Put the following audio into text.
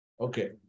Okay